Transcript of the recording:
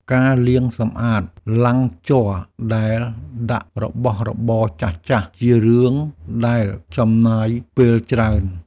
ការលាងសម្អាតឡាំងជ័រដែលដាក់របស់របរចាស់ៗ ជារឿងដែលចំណាយពេលច្រើន។